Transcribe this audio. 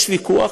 יש ויכוח,